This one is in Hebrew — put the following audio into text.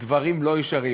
דברים לא ישרים.